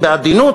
בעדינות,